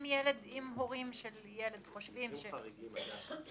אם הורים של ילד חושבים --- במקרים חריגים, הדס.